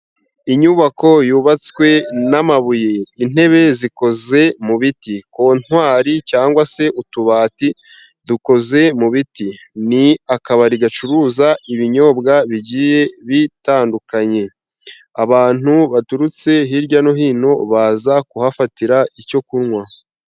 Inyubako yubatswe n'amabuye, intebe zikoze mu biti, kontwari cyangwa se utubati dukoze mu biti. Ni akabari gacuruza ibinyobwa bigiye bitandukanye abantu baturutse hirya no hino baza kuhafatira icyo kunywa.